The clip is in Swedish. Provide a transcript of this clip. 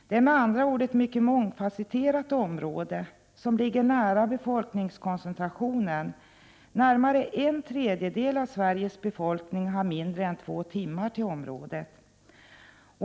Det är med andra ord ett mycket mångfasetterat område som ligger nära befolkningskoncentrationen. Närmare en tredjedel av Sveriges befolkning har mindre än två timmars resväg till området.